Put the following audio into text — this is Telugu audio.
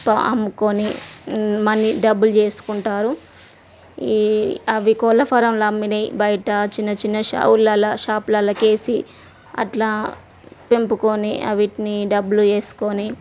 పా అమ్ముకొని మనీ డబ్బులు చేసుకుంటారు ఈ అవి కోళ్ళ ఫారంల అమ్మినవి బయట చిన్న చిన్న షావులలో షాప్లల్లో వేసి అట్లా పెంపుకొని వీటినీ డబ్బులు చేసుకొని